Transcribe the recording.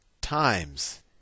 Times